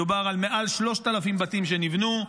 מדובר על מעל 3,000 בתים שנבנו,